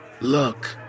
Look